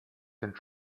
sind